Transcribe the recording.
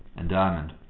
and diamond,